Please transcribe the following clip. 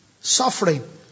suffering